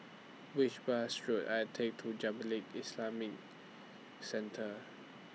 Which Bus should I Take to Jamiyah Islamic Centre